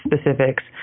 specifics